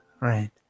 right